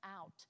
out